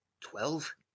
Twelve